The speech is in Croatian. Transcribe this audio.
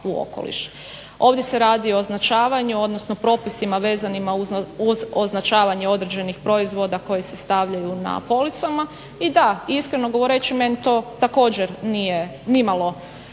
Ovdje se radi o označavanju odnosno propisima vezanima uz označavanje određenih proizvoda koji se stavljaju na policama. I da, iskreno govoreći meni to također nije nimalo